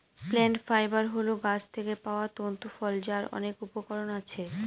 plant fibre হল গাছ থেকে পাওয়া তন্তু ফল যার অনেক উপকরণ আছে